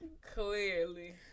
Clearly